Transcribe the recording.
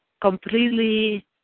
completely